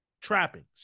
trappings